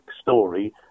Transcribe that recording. story